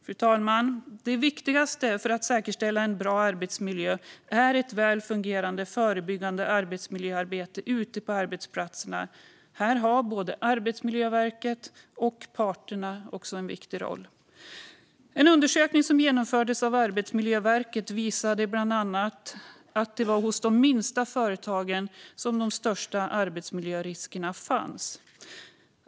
Fru talman! Det viktigaste för att säkerställa en bra arbetsmiljö är ett väl fungerande förebyggande arbetsmiljöarbete ute på arbetsplatserna. Här har både Arbetsmiljöverket och parterna också en viktig roll. En undersökning som genomfördes av Arbetsmiljöverket visade bland annat att det var hos de minsta företagen som de största arbetsmiljöriskerna fanns.